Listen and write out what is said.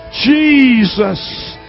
Jesus